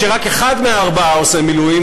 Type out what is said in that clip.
כשרק אחד מארבעה עושה מילואים,